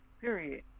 Period